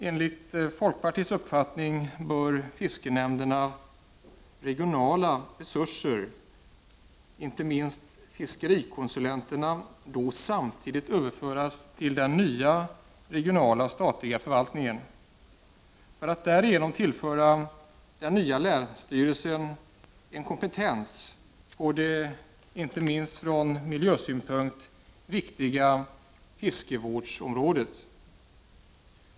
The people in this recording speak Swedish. Enligt folkpartiets uppfattning bör fiskenämndernas regionala resurser, främst fiskerikonsulenterna, då samtidigt överföras till den nya regionala statliga förvaltningen, för att därigenom tillföra den nya länsstyrelsen en kompetens på det inte minst från miljösynpunkt viktiga fiskevårdsområdet.